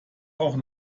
auch